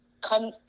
come